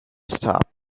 stopped